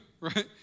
Right